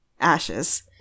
ashes